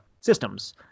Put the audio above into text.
systems